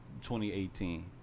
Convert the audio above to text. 2018